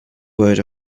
word